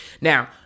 Now